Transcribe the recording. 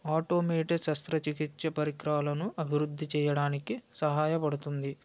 automated శస్త్ర చికిత్స పరికరాలను అభివృద్ధి చేయడానికి సహాయపడుతుంది